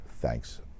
thanks